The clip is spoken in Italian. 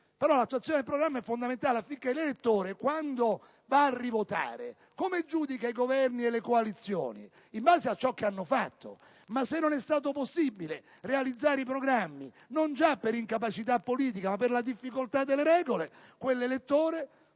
L'attuazione del programma è fondamentale affinché l'elettore, quando è chiamato nuovamente a votare, possa giudicare i Governi e le coalizioni in base a ciò che hanno fatto. Se però non è stato possibile realizzare il programma, non già per incapacità politica ma per la difficoltà delle regole, l'elettore